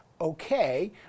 okay